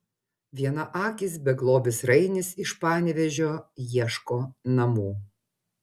vienaakis beglobis rainis iš panevėžio ieško namų